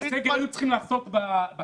את הסגר היו צריכים לעשות בקיץ.